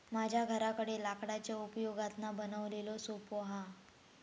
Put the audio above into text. माझ्या घराकडे लाकडाच्या उपयोगातना बनवलेलो सोफो असा